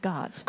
God